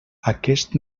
aquest